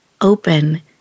open